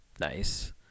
Nice